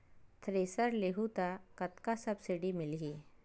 Thresher लेहूं त कतका सब्सिडी मिलही?